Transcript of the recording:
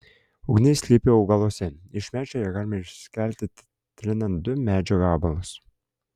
ugnis slypi augaluose iš medžio ją galima išskelti trinant du medžio gabalus